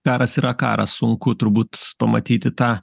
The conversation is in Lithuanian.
karas yra karas sunku turbūt pamatyti tą